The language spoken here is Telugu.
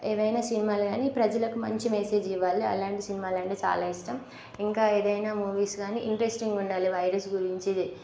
ఏవైనా సినిమాలు కానీ ప్రజలకు మంచి మెసేజ్ ఇవ్వాలి అలాంటి సినిమాలంటే చాలా ఇష్టం ఇంకా ఏదైనా మూవీస్ కానీ ఇంట్రెస్టింగ్ ఉండాలి వైరస్ గురించి